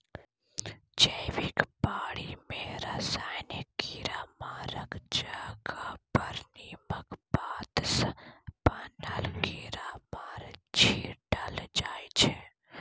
जैबिक बारी मे रासायनिक कीरामारक जगह पर नीमक पात सँ बनल कीरामार छीटल जाइ छै